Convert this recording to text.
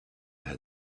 had